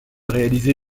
réaliser